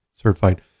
certified